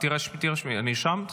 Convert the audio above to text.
אני רוצה.